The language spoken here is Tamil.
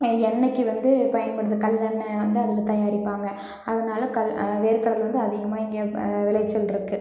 எண்ணெய்க்கு வந்து பயன்படுது கல்லெண்ணெய் வந்து அதில் தயாரிப்பாங்க அதனால கல் வேர்க்கடலை வந்து அதிகமாக இங்கே விளைச்சல் இருக்குது